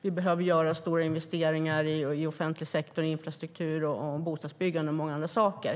Vi behöver göra stora investeringar i offentlig sektor, infrastruktur, bostadsbyggande och mycket annat.